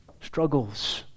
struggles